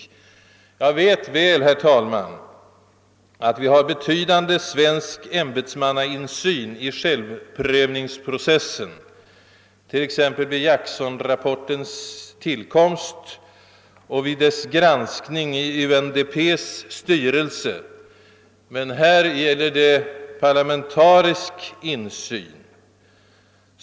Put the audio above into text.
Jag vet väl, herr talman, att vi har betydande svensk ämbetsmannainsyn i självprövningsprocessen, vilket visades vid t.ex. Jacksonrapportens tillkomst och vid dess granskning i UNDP:s styrelse. Men här gäller det parlamentarisk insyn.